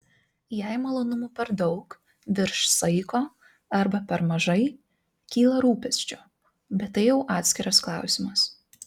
jei malonumų per daug virš saiko arba per mažai kyla rūpesčių bet tai jau atskiras klausimas